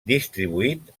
distribuït